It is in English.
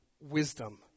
wisdom